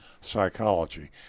psychology